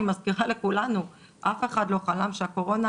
אני מזכירה לכולנו שאף אחד לא חלם שהקורונה